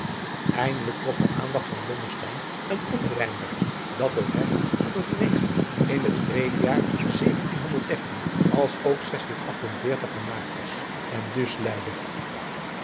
eindelijk trok de aandacht van blommesteyn een ander rijmwerk dat door hem op t regenen in het jaar als ook gemaakt was en dus luidde